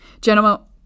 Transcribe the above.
Gentlemen